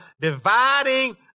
dividing